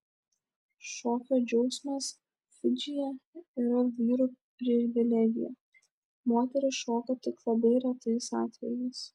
šokio džiaugsmas fidžyje yra vyrų privilegija moterys šoka tik labai retais atvejais